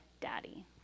Daddy